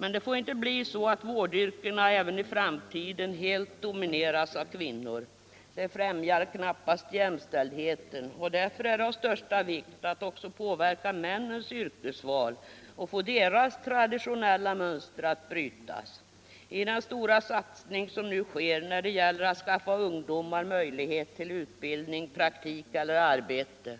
Men det får inte bli så att vårdyrkena även i framtiden helt domineras av kvinnor. Det främjar knappast jämställdheten och därför är det av största vikt att också påverka männens yrkesval och få deras traditionella mönster att brytas. I den stora satsning som nu sker när det gäller att skaffa ungdomar möjlighet till utbildning, praktik eller arbete